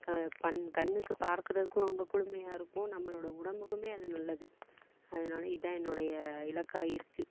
க பண் கண்ணுக்கு பார்க்கிறதுக்கும் ரொம்ப குளுமையாக இருக்கும் நம்மளோடய உடம்புக்கும் அது நல்லது அதனால இதுதான் என்னுடைய இலக்காக இருக்குது